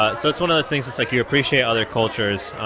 ah so it's one of those things just, like, you appreciate other cultures.